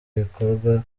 ibikorwa